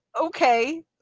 Okay